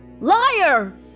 liar